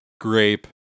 grape